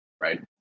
right